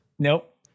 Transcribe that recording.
Nope